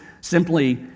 simply